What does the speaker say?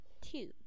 Two